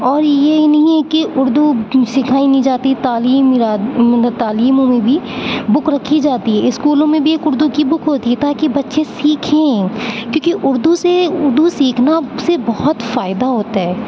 اور یہ نہیں ہے کہ اردو سکھائی نہیں جاتی تعلیم تعلیموں میں بھی بک رکھی جاتی ہے اسکولوں میں بھی اردو کی بک ہوتی ہے تاکہ بچے سیکھیں کیوں کہ اردو سے اردو سیکھنا سے بہت فائدہ ہوتا ہے